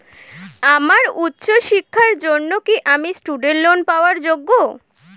আমার উচ্চ শিক্ষার জন্য কি আমি স্টুডেন্ট লোন পাওয়ার যোগ্য?